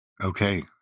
Okay